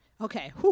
Okay